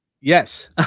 Yes